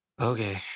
okay